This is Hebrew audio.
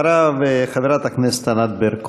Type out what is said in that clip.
אחריו, חברת הכנסת ענת ברקו.